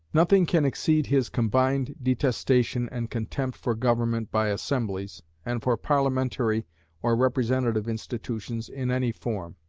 nothing can exceed his combined detestation and contempt for government by assemblies, and for parliamentary or representative institutions in any form.